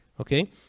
Okay